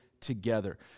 together